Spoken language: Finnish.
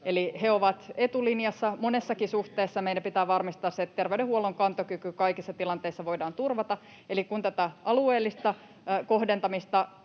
He ovat etulinjassa monessakin suhteessa, ja meidän pitää varmistaa, että terveydenhuollon kantokyky kaikissa tilanteissa voidaan turvata. Eli kun tätä alueellista kohdentamista